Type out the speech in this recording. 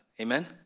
Amen